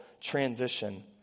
transition